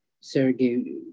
Sergey